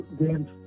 games